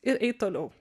ir eit toliau